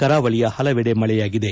ಕರಾವಳಿಯ ಹಲವೆಡೆ ಮಳೆಯಾಗಿದೆ